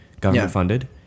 government-funded